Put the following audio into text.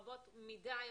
רבות מדי אפילו,